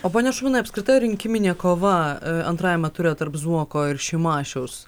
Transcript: o pone šarūnai apskritai rinkiminė kova antrajame ture tarp zuoko ir šimašiaus